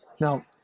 Now